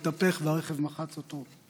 התהפך והרכב מחץ אותו.